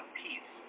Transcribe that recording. peace